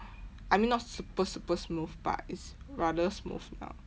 I mean not super super smooth but it's rather smooth now